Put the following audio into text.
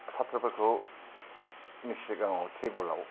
सात्र'फोरखौ सिगाङाव टेबोलाव